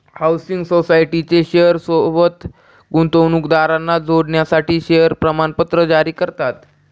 housing सोसायटीच्या share सोबत गुंतवणूकदारांना जोडण्यासाठी शेअर प्रमाणपत्र जारी करतात